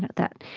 that,